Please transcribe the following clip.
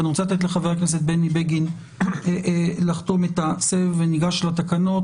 אני רוצה לתת לחבר הכנסת בני בגין לחתום את הסבב וניגש לתקנות.